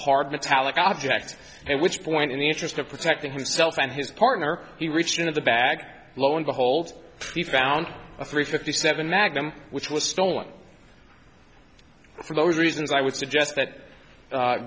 hard metallic objects and which point in the interest of protecting himself and his partner he reached into the bag lo and behold he found a three fifty seven magnum which was stolen for those reasons i would suggest that